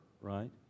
right